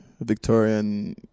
Victorian